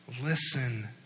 Listen